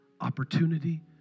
opportunity